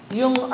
yung